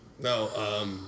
No